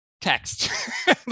text